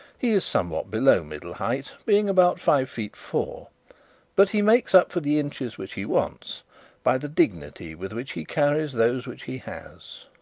he is somewhat below middle height, being about five feet four but he makes up for the inches which he wants by the dignity with which he carries those which he has.